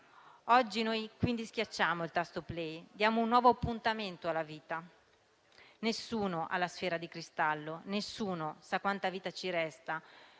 Oggi noi quindi schiacciamo il tasto "*play*" e diamo un nuovo appuntamento alla vita. Nessuno ha la sfera di cristallo, nessuno sa quanta vita ci resta.